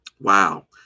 wow